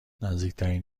نزدیکترین